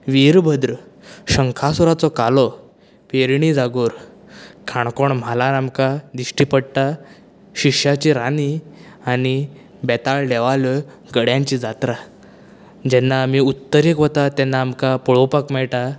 विरभद्र शंखासुराचो कालो पेरणी जागोर काणकोण म्हालांत आमकां दिश्टी पडटा शिश्यांची रान्नीं आनी बेताळ देवाल्यो गड्यांची जात्रा जेन्ना आमी उत्तरेक वता तेन्ना आमकां पळोवपाक मेळटा